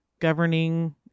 governing